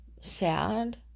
sad